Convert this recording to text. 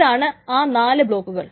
ഇതാണ് ആ നാല് ബ്ലോക്കുകൾ